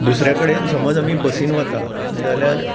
दुसरे कडेन समज आमी बसीन वता जाल्यार